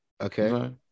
Okay